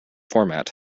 format